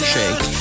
Shake